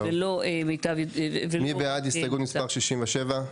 טוב, מי בעד הסתייגות מספר 67?